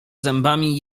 zębami